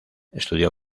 estudió